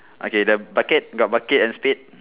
okay the bucket got bucket and spade